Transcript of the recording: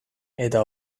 eta